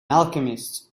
alchemist